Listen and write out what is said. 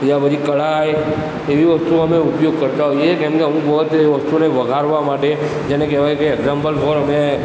યા પછી કઢાઇ એવી વસ્તુઓ અમે ઉપયોગ કરતા હોઇએ છે કેમ કે અમૂક વખત એ વસ્તુને વઘારવા માટે જેને કહેવાય કે એક્ઝામ્પલ ફોર અમે